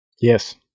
Yes